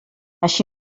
així